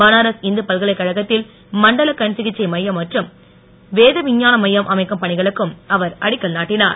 பனாரஸ் இந்து பல்கலைக்கழகத்தில் மண்டல் கண்சிகிச்சை மையம் மற்றும் வேதவிஞ்ஞான மையம் அமைக்கும் பணிகளுக்கும் அவர் அடிக்கல் நாட்டினார்